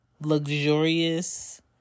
luxurious